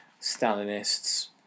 Stalinists